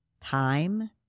time